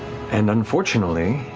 and unfortunately,